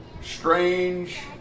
strange